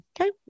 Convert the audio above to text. Okay